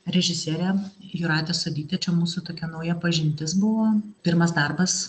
režisierė jūratė sodytė čia mūsų tokia nauja pažintis buvo pirmas darbas